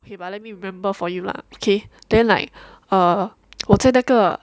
okay but let me remember for you lah okay then like err 我在那个